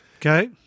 okay